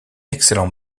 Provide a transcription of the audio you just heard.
excellent